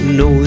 no